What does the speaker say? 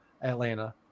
Atlanta